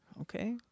Okay